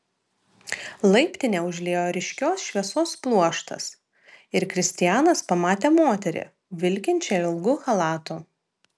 laiptinę užliejo ryškios šviesos pluoštas ir kristianas pamatė moterį vilkinčią ilgu chalatu